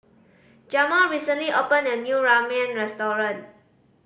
Jamaal recently opened a new Ramyeon Restaurant